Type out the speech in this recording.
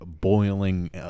boiling